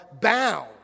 bound